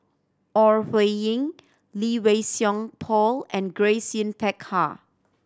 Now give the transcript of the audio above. Ore Huiying Lee Wei Song Paul and Grace Yin Peck Ha